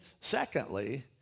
secondly